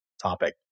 Topic